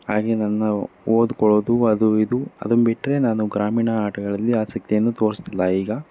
ಹಾಗೆ ನನ್ನ ಓದ್ಕೊಳ್ಳೋದು ಅದು ಇದು ಅದನ್ನ ಬಿಟ್ಟರೆ ನಾನು ಗ್ರಾಮೀಣ ಆಟಗಳಲ್ಲಿ ಆಸಕ್ತಿಯನ್ನು ತೋರಿಸ್ತಿಲ್ಲ ಈಗ